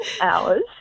hours